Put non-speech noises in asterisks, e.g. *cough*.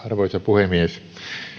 *unintelligible* arvoisa puhemies